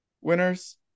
winners